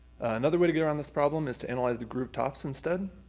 another way to get around this problem is to analyze the groove tops instead.